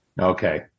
Okay